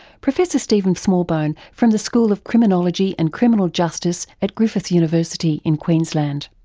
professor stephen smallbone from the school of criminology and criminal justice at griffith university in queensland.